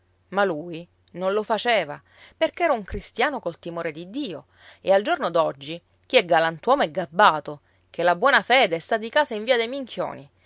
ma lui non lo faceva perché era un cristiano col timore di dio e al giorno d'oggi chi è galantuomo è gabbato ché la buona fede sta di casa in via dei minchioni